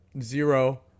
Zero